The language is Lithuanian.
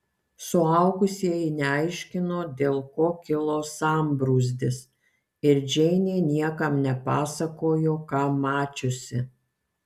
suaugusieji neaiškino dėl ko kilo sambrūzdis ir džeinė niekam nepasakojo ką mačiusi